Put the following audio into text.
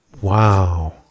Wow